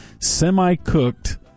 semi-cooked